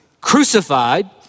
crucified